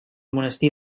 monestir